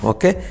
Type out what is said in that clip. Okay